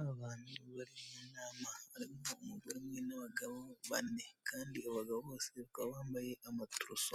Abantu bari mu nama, harimo umugore umwe n'abagabo bane kandi abagabo bose bakaba bambaye amaturusu,